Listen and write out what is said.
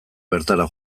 bertara